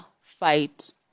fight